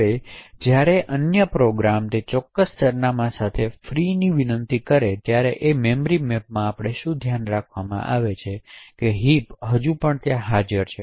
હવે જ્યારે અન્ય પ્રોગ્રામ તે ચોક્કસ સરનામાં સાથે ફ્રી ફંકશનની વિનંતી કરે છે ત્યારે મેપમાંથી આપણને શું ધ્યાન આવે છે તે હિપ હજી પણ હાજર છે